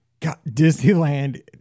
Disneyland